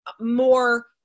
more